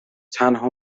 تنها